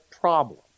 problem